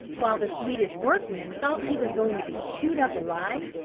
while the swedish workman thought he was going to be chewed up alive,